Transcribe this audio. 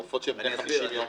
על העופות שהם בני 50 יום ומעלה.